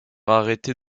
arrêter